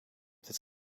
dit